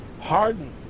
hardened